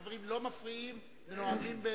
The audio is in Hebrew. חברים, לא מפריעים לנואמים.